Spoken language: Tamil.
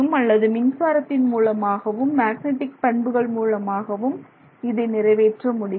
அல்லது மின்சாரத்தின் மூலமாகவும் மேக்னெட்டிக் பண்புகள் மூலமாகவும் இதை நிறைவேற்ற முடியும்